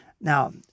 Now